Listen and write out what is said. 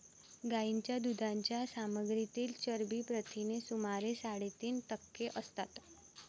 गायीच्या दुधाच्या सामग्रीतील चरबी प्रथिने सुमारे साडेतीन टक्के असतात